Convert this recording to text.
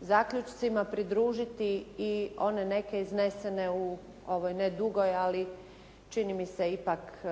zaključcima pridružiti i one neke iznesene u ovoj ne dugoj ali čini mi se ipak